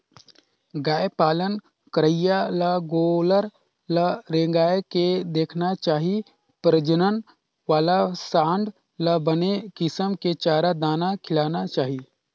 गाय पालन करइया ल गोल्लर ल रेंगाय के देखना चाही प्रजनन वाला सांड ल बने किसम के चारा, दाना खिलाना चाही